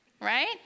Right